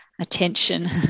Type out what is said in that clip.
attention